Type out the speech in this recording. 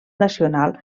nacional